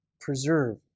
preserve